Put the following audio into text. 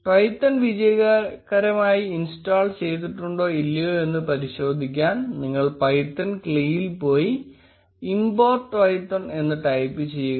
Twython വിജയകരമായി install ചെയ്തിട്ടുണ്ടോ ഇല്ലയോ എന്ന് പരിശോധിക്കാൻ നിങ്ങൾ പൈത്തൺ ക്ലി യിൽ പോയി import Twython എന്ന് ടൈപ്പ് ചെയ്യുക